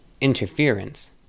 interference